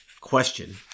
question